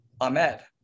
Ahmed